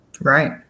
Right